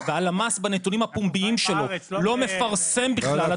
בהלמ"ס בנתונים הפומביים שלו לא מפרסם בכלל,